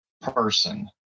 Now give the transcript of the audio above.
person